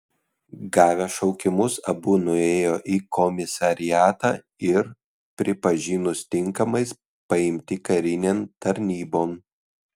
gavę šaukimus abu nuėjo į komisariatą ir pripažinus tinkamais paimti karinėn tarnybon